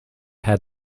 had